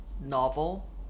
novel